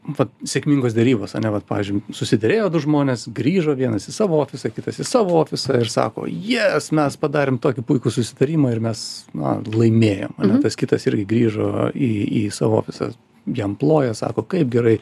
vat sėkmingos derybos ane vat pavyzdžiui susiderėjo du žmonės grįžo vienas į savo ofisą kitas į savo ofisą ir sako yes mes padarėm tokį puikų susitarimą ir mes na laimėjom ane tas kitas irgi grįžo į į savo ofisą jam ploja sako kaip gerai